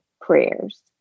Prayers